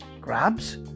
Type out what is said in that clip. grabs